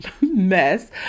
mess